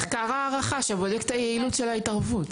מחקר הערכה שבודק את היעילות של ההתערבות.